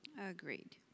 Agreed